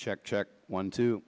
check check one to